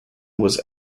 was